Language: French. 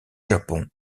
japon